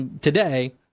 today